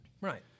Right